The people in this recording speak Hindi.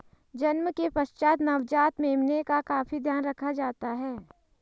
जन्म के पश्चात नवजात मेमने का काफी ध्यान रखा जाता है